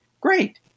great